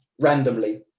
randomly